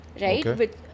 right